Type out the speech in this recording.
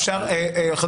דבר